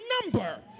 number